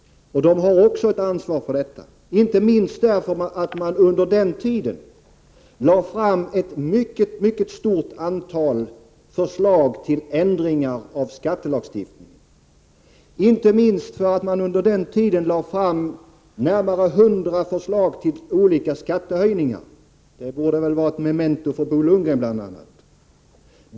De har också ansvar för detta, inte minst därför att de under den tiden lade fram ett mycket stort antal förslag till ändringar av skattelagstiftningen, varibland närmare 100 förslag till olika skattehöjningar. Det borde väl vara ett memento för Bo Lundgren m.fl.